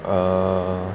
err